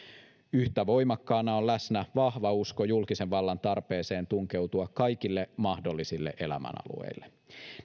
yhtä voimakkaana on läsnä vahva usko julkisen vallan tarpeeseen tunkeutua kaikille mahdollisille elämänalueille